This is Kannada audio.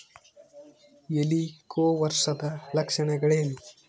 ಹೆಲಿಕೋವರ್ಪದ ಲಕ್ಷಣಗಳೇನು?